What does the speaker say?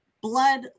blood